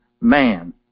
man